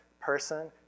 person